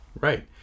Right